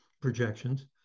projections